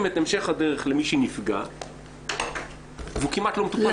את המשך הדרך למי שנפגע והוא כמעט לא מטופל.